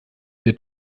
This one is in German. der